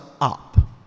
up